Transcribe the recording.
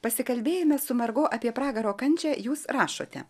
pasikalbėjome su margo apie pragaro kančią jūs rašote